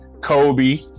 Kobe